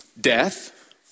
death